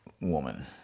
woman